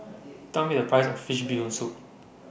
Tell Me The Price of Fish Bee Hoon Soup